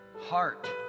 heart